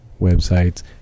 websites